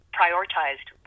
prioritized